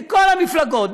מכל המפלגות,